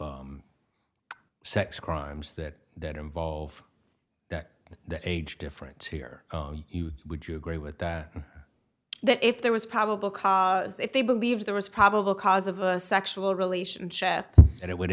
of sex crimes that that involve the age difference here you would you agree with that that if there was probable cause if they believed there was probable cause of a sexual relationship it would